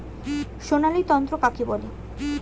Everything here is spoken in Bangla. সোনালী তন্তু কাকে বলে?